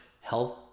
health